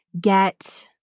get